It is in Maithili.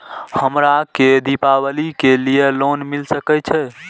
हमरा के दीपावली के लीऐ लोन मिल सके छे?